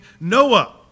Noah